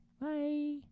Bye